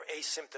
asymptomatic